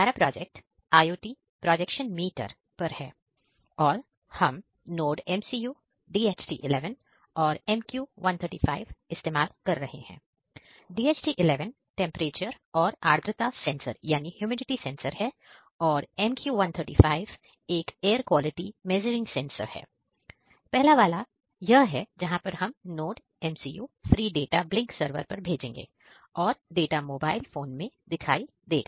हमारा project IOT projection meter पर भेजेंगे जो डाटा मोबाइल फोन में दिखाएगा